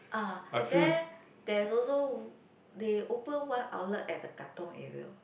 ah there there is also they open one outlet at the Katong area